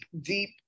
deep